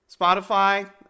Spotify